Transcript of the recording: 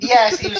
Yes